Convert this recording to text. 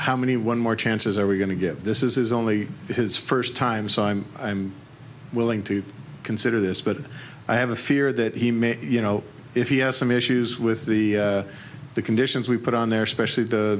how many one more chances are we going to get this is only his first time so i'm i'm willing to consider this but i have a fear that he may you know if he has some issues with the conditions we put on there specially the